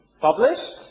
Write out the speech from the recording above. published